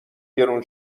گرون